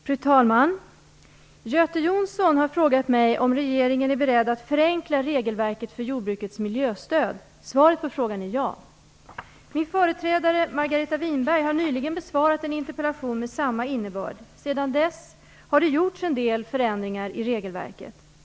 Fru talman! Göte Jonsson har frågat mig om regeringen är beredd att förenkla regelverket för jordbrukets miljöstöd. Svaret på frågan är ja. Min företrädare Margareta Winberg har nyligen besvarat en interpellation med samma innebörd. Sedan dess har det gjorts en del förändringar i regelverket.